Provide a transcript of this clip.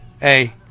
Hey